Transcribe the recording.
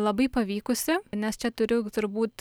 labai pavykusi nes čia turiu turbūt